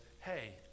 hey